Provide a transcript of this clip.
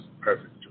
perfect